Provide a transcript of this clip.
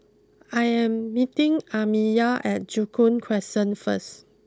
I am meeting Amiyah at Joo Koon Crescent first